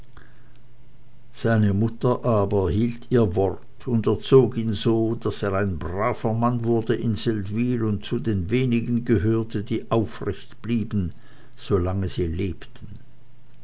seine mutter aber hielt ihr wort und erzog ihn so daß er ein braver mann wurde in seldwyl und zu den wenigen gehörte die aufrecht blieben solange sie lebten